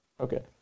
okay